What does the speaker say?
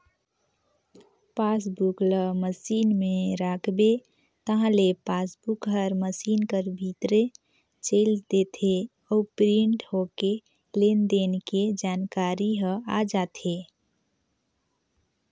passbook ल machine में राखबे ताहले पासबुक हर मसीन कर भीतरे चइल देथे अउ प्रिंट होके लेन देन के जानकारी ह आ जाथे